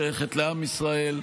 שייכת לעם ישראל,